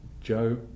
Joe